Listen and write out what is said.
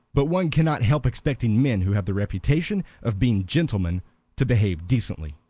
but one cannot help expecting men who have the reputation of being gentlemen to behave decently.